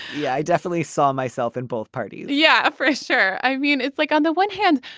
yeah i definitely saw myself in both parties yeah for sure. i mean it's like on the one hand.